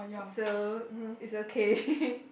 so it's okay